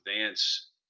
advance